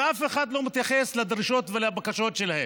ואף אחד לא מתייחס לדרישות ולבקשות שלהם.